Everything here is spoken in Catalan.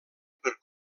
per